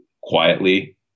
quietly